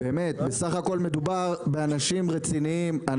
בסך הכול מדובר באנשים רציניים,